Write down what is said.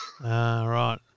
Right